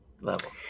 level